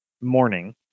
morning